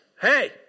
hey